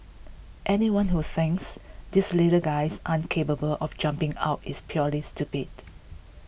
anyone who thinks these little guys aren't capable of jumping out is purely stupid